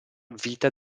vita